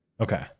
Okay